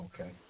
Okay